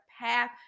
path